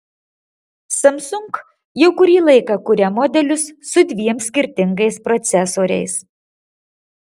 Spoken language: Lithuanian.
samsung jau kurį laiką kuria modelius su dviem skirtingais procesoriais